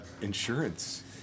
insurance